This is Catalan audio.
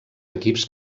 equips